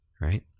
right